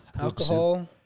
Alcohol